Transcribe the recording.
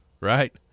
right